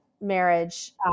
marriage